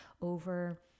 over